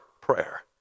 prayer